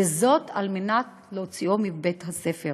וזאת על מנת להוציאו מבית-הספר.